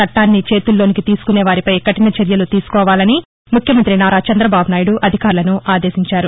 చట్లాన్ని చేతుల్లోకి తీసుకునేవారిపై కఠిన చర్యలు తీసుకోవాలని ముఖ్యమంతి నారా చంద్రబాబు నాయుడు అధికారులను ఆదేశించారు